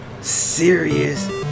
serious